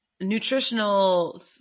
nutritional